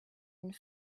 and